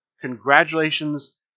Congratulations